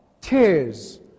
tears